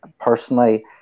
personally